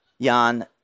Jan